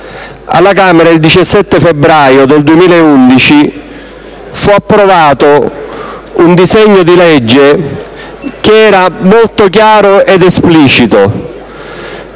Alla Camera il 17 febbraio 2011 fu approvato un disegno di legge che era molto chiaro ed esplicito: